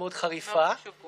חבר הכנסת טיבי, הבהרה: מי שבעד